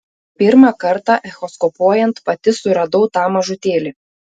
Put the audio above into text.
pirmą kartą echoskopuojant pati suradau tą mažutėlį